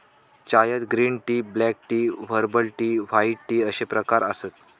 चायत green tea, black tea, herbal tea, white tea अश्ये प्रकार आसत